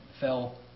fell